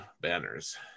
banners